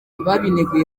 ababineguye